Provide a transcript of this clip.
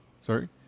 sorry